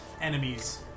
enemies